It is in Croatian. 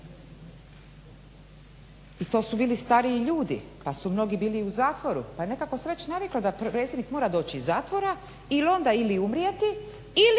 i to su bili stariji ljudi pa su mnogi bili u zakonu pa sam nekako već navikla da predsjednik mora doći iz zatvora i onda ili umrijeti